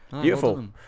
Beautiful